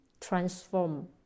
transform